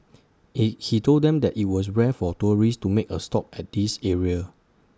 hey he told them that IT was rare for tourists to make A stop at this area